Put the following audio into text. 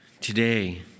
Today